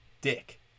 dick